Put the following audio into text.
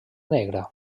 negra